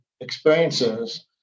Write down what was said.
experiences